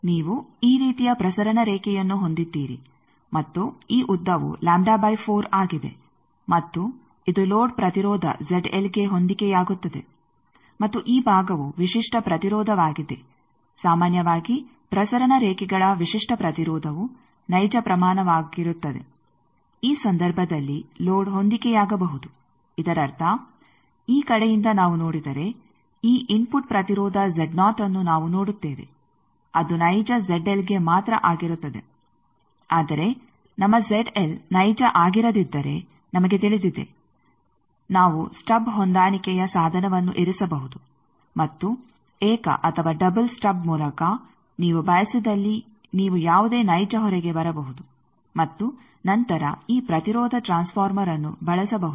ನೀವು ಈ ರೀತಿಯ ಪ್ರಸರಣ ರೇಖೆಯನ್ನು ಹೊಂದಿದ್ದೀರಿ ಮತ್ತು ಈ ಉದ್ದವು ಆಗಿದೆ ಮತ್ತು ಇದು ಲೋಡ್ ಪ್ರತಿರೋಧ ಗೆ ಹೊಂದಿಕೆಯಾಗುತ್ತದೆ ಮತ್ತು ಈ ಭಾಗವು ವಿಶಿಷ್ಟ ಪ್ರತಿರೋಧವಾಗಿದೆ ಸಾಮಾನ್ಯವಾಗಿ ಪ್ರಸರಣ ರೇಖೆಗಳ ವಿಶಿಷ್ಟ ಪ್ರತಿರೋಧವು ನೈಜ ಪ್ರಮಾಣವಾಗಿರುತ್ತದೆ ಈ ಸಂದರ್ಭದಲ್ಲಿ ಲೋಡ್ ಹೊಂದಿಕೆಯಾಗಬಹುದು ಇದರರ್ಥ ಈ ಕಡೆಯಿಂದ ನಾವು ನೋಡಿದರೆ ಈ ಇನ್ಫುಟ್ ಪ್ರತಿರೋಧ ಅನ್ನು ನಾವು ನೋಡುತ್ತೇವೆ ಅದು ನೈಜ ಗೆ ಮಾತ್ರ ಆಗಿರುತ್ತದೆ ಆದರೆ ನಮ್ಮ ನೈಜ ಆಗಿರದಿದ್ದರೆ ನಮಗೆ ತಿಳಿದಿದೆ ನಾವು ಸ್ಟಬ್ ಹೊಂದಾಣಿಕೆಯ ಸಾಧನವನ್ನು ಇರಿಸಬಹುದು ಮತ್ತು ಏಕ ಅಥವಾ ಡಬಲ್ ಸ್ಟಬ್ ಮೂಲಕ ನೀವು ಬಯಸಿದಲ್ಲಿ ನೀವು ಯಾವುದೇ ನೈಜ ಹೊರೆಗೆ ಬರಬಹುದು ಮತ್ತು ನಂತರ ಈ ಪ್ರತಿರೋಧ ಟ್ರಾನ್ಸ್ ಫಾರ್ಮರ್ಅನ್ನು ಬಳಸಬಹುದು